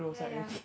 yeah yeah